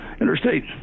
interstate